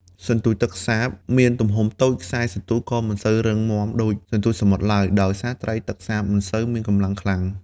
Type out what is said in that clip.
សន្ទូចទឹកសាបមានទំហំតូច ខ្សែសន្ទូចក៏មិនសូវរឹងមាំដូចសន្ទូចសមុទ្រឡើយ ដោយសារត្រីទឹកសាបមិនសូវមានកម្លាំងខ្លាំង។